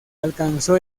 alcanzó